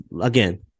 again